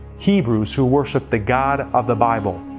hebrews who worshipped the god of the bible.